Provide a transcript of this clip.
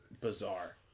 Bizarre